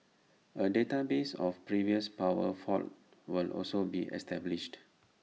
A database of previous power faults will also be established